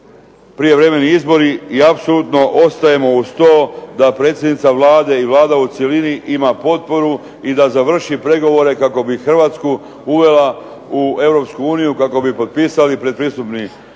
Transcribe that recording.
prijevremeni izbori i apsolutno ostajemo uz to da predsjednica Vlade i Vlada u cjelini ima potporu i da završi pregovore kako bi Hrvatsku uvela u Europsku uniju kako bi potpisali pretpristupni